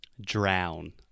drown